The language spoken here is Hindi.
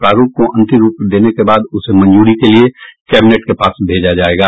प्रारूप को अंतिम रूप देने के बाद उसे मंजूरी के लिये कैबिनेट के पास भेजा जायेगा